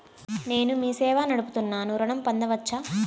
నేను మీ సేవా నడుపుతున్నాను ఋణం పొందవచ్చా?